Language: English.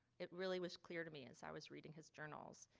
it really was clear to me as i was reading his journals,